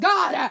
God